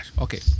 Okay